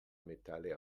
metalle